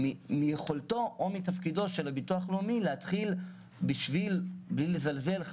מיכולתו של הביטוח הלאומי להתחיל בשביל אותם 49 שקלים בלי לזלזל,